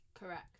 Correct